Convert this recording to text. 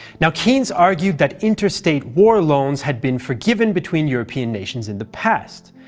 now keynes argued that inter-state war loans had been forgiven between european nations in the past,